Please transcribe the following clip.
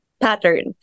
pattern